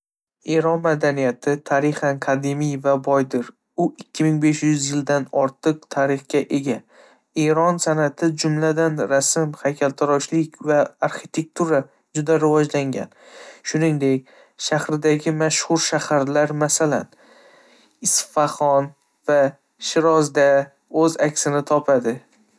﻿Eron madaniyati tarixan qadimiy va boydir, u 2500 yildan ortiq tarixga ega. Eron sanʼati, jumladan rasm, haykaltaroshlik va arxitektura juda rivojlangan, shuningdek, shahridagi mashhur shaharlar, masalan, Isfaxon va Shirozda o'z aksini topadi.